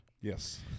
Yes